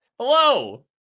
Hello